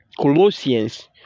Colossians